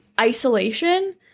isolation